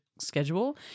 schedule